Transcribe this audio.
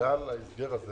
ובגלל ההסגר הזה